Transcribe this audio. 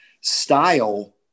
Style